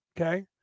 okay